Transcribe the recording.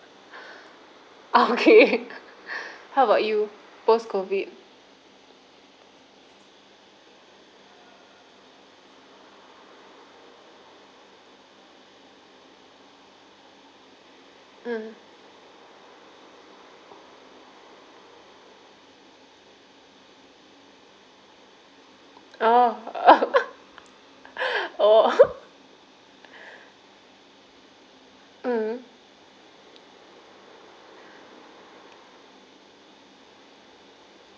okay how about you post COVID mm oh oh mm